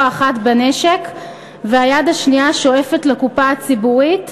האחת בנשק והיד השנייה שואפת לקופה הציבורית,